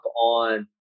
on